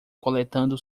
coletando